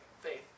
faith